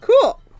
Cool